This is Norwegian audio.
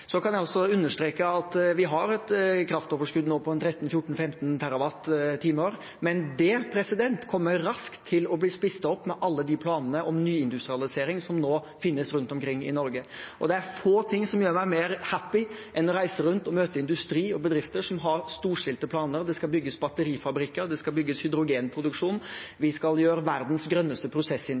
Så kan jeg også understreke at vi har et kraftoverskudd nå på ca. 13–15 terrawattimer, men det kommer raskt til å bli spist opp med alle planene om nyindustrialisering som nå finnes rundt omkring i Norge. Det er få ting som gjør meg mer «happy» enn å reise rundt og møte industrien og bedrifter som har storstilte planer. Det skal bygges batterifabrikker, og det skal bygges hydrogenproduksjon. Vi skal gjøre verdens grønneste